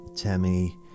Tammy